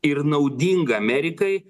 ir naudinga amerikai